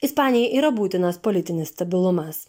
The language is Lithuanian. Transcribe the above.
ispanijai yra būtinas politinis stabilumas